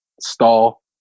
stall